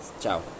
Ciao